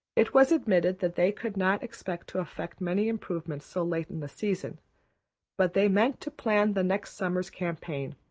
it was admitted that they could not expect to affect many improvements so late in the season but they meant to plan the next summer's campaign,